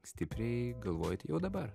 stipriai galvojat jau dabar